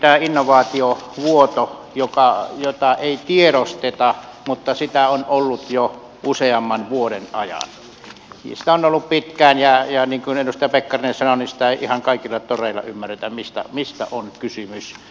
ensinnäkin innovaatiovuoto jota ei tiedosteta mutta jota on ollut jo useamman vuoden ajan sitä on ollut pitkään ja niin kuin edustaja pekkarinen sanoi ihan kaikilla toreilla ei ymmärretä mistä on kysymys